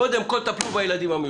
קודם כול טפלו בילדים המיוחדים.